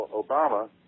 Obama